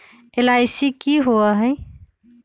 LIC की होअ हई?